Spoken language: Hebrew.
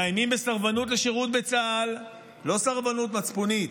מאיימים בסרבנות לשירות בצה"ל, לא סרבנות מצפונית,